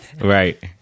Right